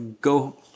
go